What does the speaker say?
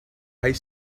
high